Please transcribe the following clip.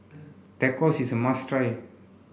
Tacos is a must try